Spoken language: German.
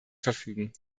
verfügen